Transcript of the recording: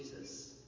Jesus